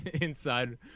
inside